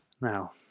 Now